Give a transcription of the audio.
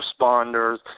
responders